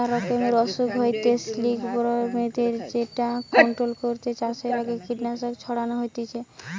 মেলা রকমের অসুখ হইতে সিল্কবরমদের যেটা কন্ট্রোল করতে চাষের আগে কীটনাশক ছড়ানো হতিছে